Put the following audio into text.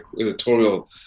editorial